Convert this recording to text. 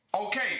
Okay